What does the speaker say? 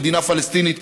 מדינה פלסטינית,